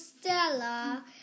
Stella